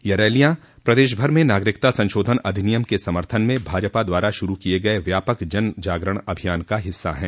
यह रैलियां प्रदेश भर में नागरिकता संशोधन अधिनियम के समर्थन में भाजपा द्वारा शरू किये गये व्यापक जन जागरण अभियान का हिस्सा है